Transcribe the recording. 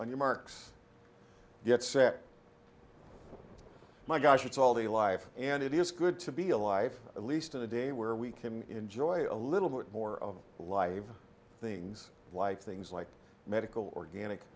show your marks yet set my gosh it's all the life and it is good to be alive at least in a day where we can enjoy a little bit more of live things like things like medical organic